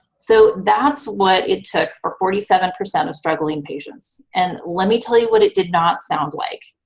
so, that's what it took for forty seven percent of struggling patients, and let me tell you what it did not sound like.